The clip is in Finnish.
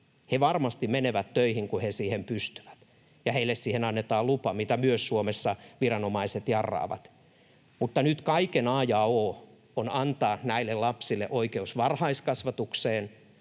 he varmasti menevät töihin, kun he siihen pystyvät — ja heille siihen annetaan lupa, mitä Suomessa viranomaiset myös jarraavat. Mutta nyt kaiken a ja o on antaa näille lapsille oikeus varhaiskasvatukseen